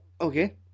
okay